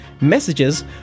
Messages